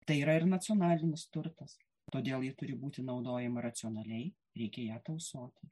tai yra ir nacionalinis turtas todėl ji turi būti naudojama racionaliai reikia ją tausoti